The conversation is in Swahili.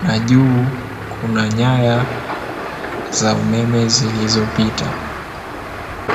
na juu kuna nyaya za umeme zilizopita.